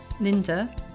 linda